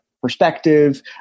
perspective